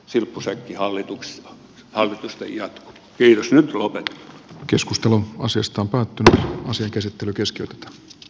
silppusäkkihallituksia alitusta ja kirsten obel keskustelu asiasta päätti asian käsittely käskyt